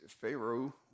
Pharaoh